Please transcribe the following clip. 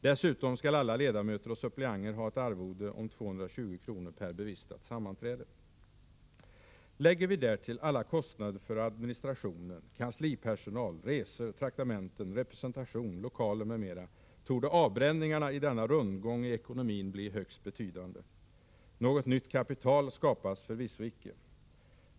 Dessutom skall alla ledamöter och suppleanter ha ett arvode om 220 kr. per bevistat sammanträde. Lägger vi därtill alla kostnader för administration, kanslipersonal, resor, traktamenten, representation, lokaler m.m., torde avbränningarna i denna rundgång i ekonomin bli högst betydande. Något nytt kapital skapas förvisso icke.